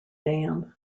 dam